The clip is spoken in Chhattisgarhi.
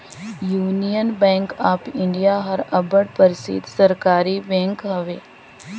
यूनियन बेंक ऑफ इंडिया हर अब्बड़ परसिद्ध सहकारी बेंक हवे